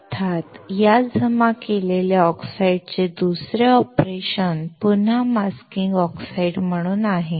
अर्थात या जमा केलेल्या ऑक्साईडचे दुसरे ऑपरेशन पुन्हा मास्किंग ऑक्साईड म्हणून आहे